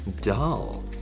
dull